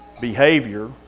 behavior